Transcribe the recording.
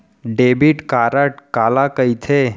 Debit card काला कहिथे?